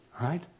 right